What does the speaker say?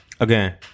Again